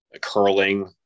curling